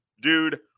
dude